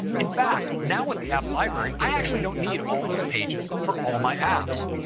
in fact, now with the app library, i actually don't need all those pages for all my apps.